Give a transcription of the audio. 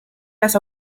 las